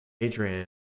Adrian